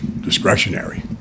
discretionary